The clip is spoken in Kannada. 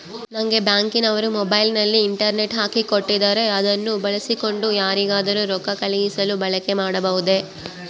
ನಂಗೆ ಬ್ಯಾಂಕಿನವರು ಮೊಬೈಲಿನಲ್ಲಿ ಇಂಟರ್ನೆಟ್ ಹಾಕಿ ಕೊಟ್ಟಿದ್ದಾರೆ ಅದನ್ನು ಬಳಸಿಕೊಂಡು ಯಾರಿಗಾದರೂ ರೊಕ್ಕ ಕಳುಹಿಸಲು ಬಳಕೆ ಮಾಡಬಹುದೇ?